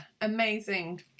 amazing